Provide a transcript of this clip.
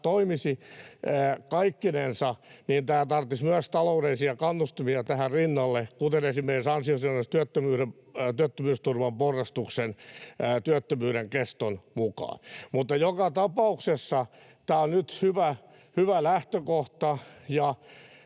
toimisi kaikkinensa, tämä tarvitsisi myös taloudellisia kannustimia tähän rinnalle, kuten esimerkiksi ansiosidonnaisen työttömyysturvan porrastuksen työttömyyden keston mukaan. Mutta joka tapauksessa tämä on nyt hyvä lähtökohta,